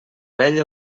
vell